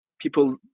People